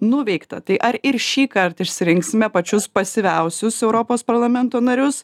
nuveikta tai ar ir šįkart išsirinksime pačius pasyviausius europos parlamento narius